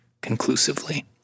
conclusively